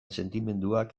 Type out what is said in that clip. sentimenduak